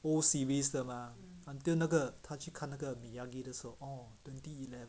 old series 的 mah until 那个他去看那个 miyagi 的时候 oh twenty eleven